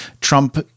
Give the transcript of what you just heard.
Trump